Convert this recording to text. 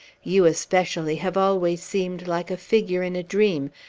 you, especially, have always seemed like a figure in a dream,